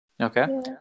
Okay